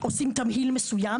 עם מי זה מתואם?